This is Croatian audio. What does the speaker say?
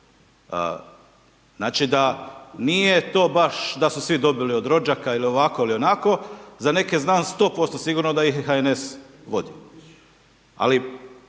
Znači da nije to baš da su svi dobili od rođaka ili ovako ili onako, za neke znam 100% sigurno da ih HNS vodi. Ali,